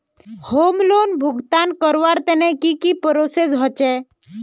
Home loan भुगतान करवार तने की की प्रोसेस होचे?